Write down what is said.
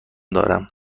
دارم